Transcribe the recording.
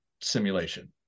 simulation